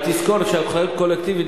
רק תזכור שאחריות קולקטיבית,